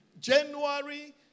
January